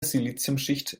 siliziumschicht